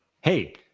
Hey